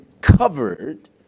covered